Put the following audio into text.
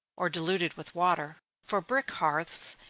or diluted with water. for brick hearths,